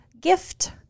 gift